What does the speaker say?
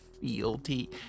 fealty